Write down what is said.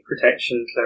protection